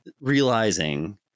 realizing